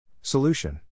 Solution